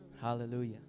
Hallelujah